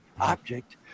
object